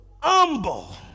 humble